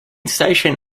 station